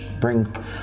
bring